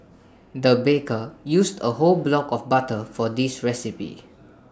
the baker used A whole block of butter for this recipe